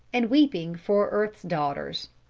and weeping for earth's daughters.